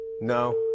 no